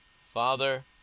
Father